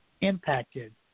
impacted